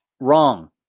wrong